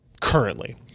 currently